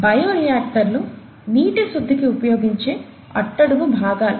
బయోఇయాక్టర్లు నీటి శుద్ధికి ఉపయోగించే అట్టడుగు భాగాలు